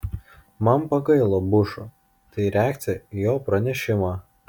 man pagailo bušo tai reakcija į jo pranešimą